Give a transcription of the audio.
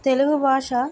తెలుగు భాష